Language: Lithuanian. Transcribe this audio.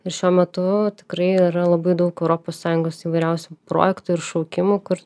ir šiuo metu tikrai yra labai daug europos sąjungos įvairiausių projektų ir šaukimų kur